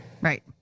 Right